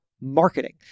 marketing